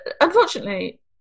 Unfortunately